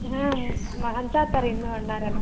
ಹಾಂ ಇನ್ನೂ ಅಣ್ಣಾರೆಲ್ಲ